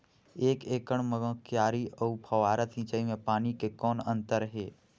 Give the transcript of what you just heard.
एक एकड़ म क्यारी अउ फव्वारा सिंचाई मे पानी के कौन अंतर हे?